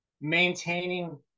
maintaining